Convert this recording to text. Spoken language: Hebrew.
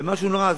זה משהו נורא.